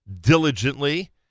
diligently